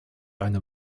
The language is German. eine